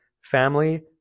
family